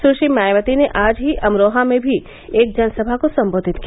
सुश्री मायावती ने आज ही अमरोहा में भी एक जनसभा को सम्बोधित किया